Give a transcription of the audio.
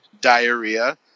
diarrhea